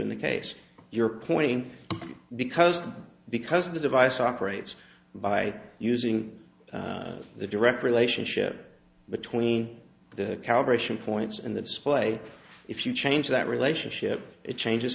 in the case you're pointing because because the device operates by using the direct relationship between the calibration points and the display if you change that relationship it changes